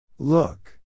Look